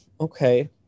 okay